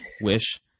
wish